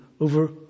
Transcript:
over